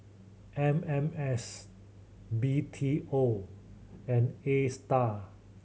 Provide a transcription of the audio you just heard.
M M S B T O and Astar